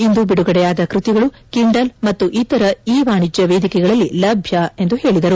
ಇಂದು ಬಿಡುಗಡೆಯಾದ ಕೃತಿಗಳು ಕಿಂಡಲ್ ಮತ್ತು ಇತರ ಇತರ ವಾಣಿಜ್ಯ ವೇದಿಕೆಗಳಲ್ಲಿ ಲಭ್ಯ ಎಂದು ಹೇಳಿದರು